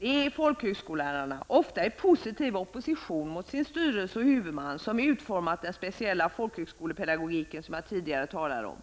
Det är folkhögskolelärarna, ofta i positiv opposition mot styrelse och huvudmän, som har utformat den speciella folkhögskolepedagogik som jag tidigare har talat om.